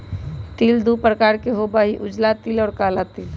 तिल दु प्रकार के होबा हई उजला तिल और काला तिल